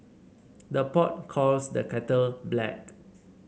the pot calls the kettle black